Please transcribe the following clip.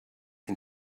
can